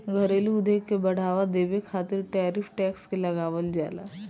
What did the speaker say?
घरेलू उद्योग के बढ़ावा देबे खातिर टैरिफ टैक्स के लगावल जाला